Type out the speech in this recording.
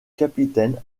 capitaine